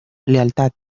lealtad